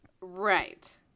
Right